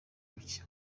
bucye